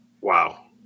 Wow